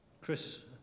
Chris